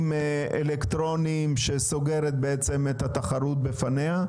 אלקטרוניים שסוגרת בעצם את התחרות בפניה,